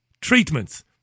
Treatments